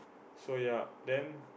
so ya then